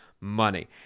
Money